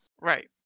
Right